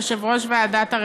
יושב-ראש ועדת העבודה,